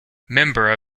member